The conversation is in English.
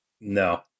No